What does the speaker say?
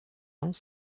ans